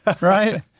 right